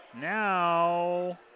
Now